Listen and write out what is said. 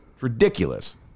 Ridiculous